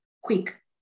quick